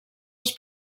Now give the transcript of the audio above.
els